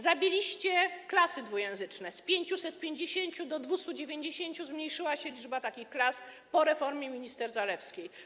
Zabiliście klasy dwujęzyczne: z 550 do 290 zmniejszyła się liczba takich klas po reformie minister Zalewskiej.